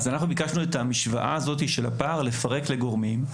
אנחנו ביקשנו את המשוואה הזאת של הפער לפרק לגורמים,